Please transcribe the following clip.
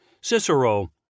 Cicero